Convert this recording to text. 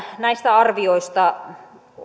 näistä arvioista